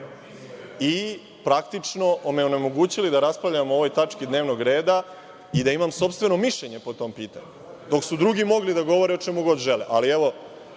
i praktično onemogućili da raspravljam o ovoj tački dnevnog reda i da imam sopstveno mišljenje po tom pitanju. Dok su drugi mogli da govore o čemu god žele i plus